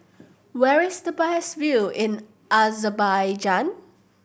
where is the best view in Azerbaijan